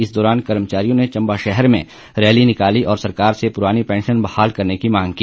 इस दौरान कर्मचारियों ने चम्बा शहर में रैली निकाली और सरकार से पुरानी पैंशन बहाल करने की मांग की